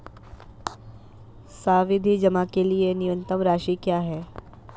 सावधि जमा के लिए न्यूनतम राशि क्या है?